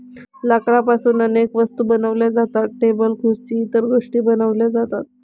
लाकडापासून अनेक वस्तू बनवल्या जातात, टेबल खुर्सी इतर गोष्टीं बनवल्या जातात